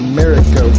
America